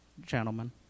gentlemen